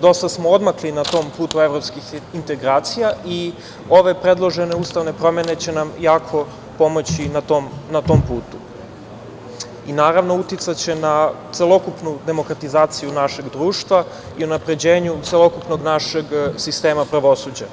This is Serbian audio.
dosta smo odmakli na tom putu evropskih integracija i ove predložene ustavne promene će nam jako pomoći na tom putu i naravno uticaće na celokupnu demokratizaciju našeg društva i unapređenju celokupnog našeg sistema pravosuđa.